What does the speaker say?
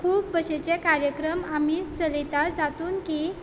खूब भाशेचे कार्यक्रम आमी चलयतात जातूंत की